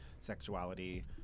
sexuality